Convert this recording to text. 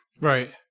Right